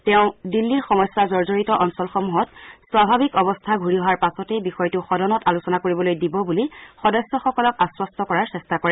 তেওঁ দিল্লীৰ সমস্যা জৰ্জৰিত অঞ্চলসমূহত স্বাভাৱিক অৱস্থা ঘূৰি অহাৰ পাছতেই বিষয়টো সদনত আলোচনা কৰিবলৈ দিব বুলি সদস্যসকলক আশ্বস্ত কৰাৰ চেষ্টা কৰে